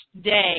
day